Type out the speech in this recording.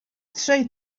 trzej